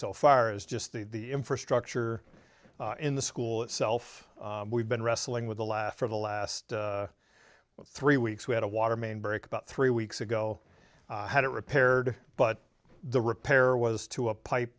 so far is just the infrastructure in the school itself we've been wrestling with a laugh for the last three weeks we had a water main break about three weeks ago had it repaired but the repair was to a pipe